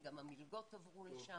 גם המלגות עברו לשם.